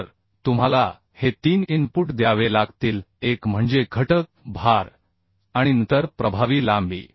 तर तुम्हाला हे तीन इनपुट द्यावे लागतील एक म्हणजे घटक भार आणि नंतर प्रभावी लांबी